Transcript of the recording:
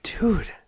Dude